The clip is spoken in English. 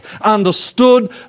understood